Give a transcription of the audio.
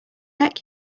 neck